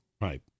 Right